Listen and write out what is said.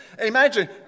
Imagine